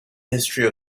history